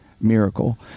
miracle